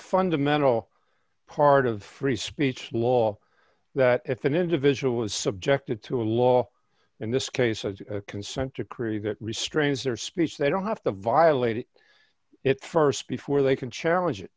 fundamental part of free speech law that if an individual is subjected to a law in this case a consent decree that restrains or speech they don't have the violated it st before they can challenge it